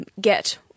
Get